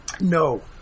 No